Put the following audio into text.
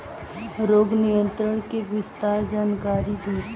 रोग नियंत्रण के विस्तार जानकारी दी?